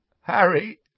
Harry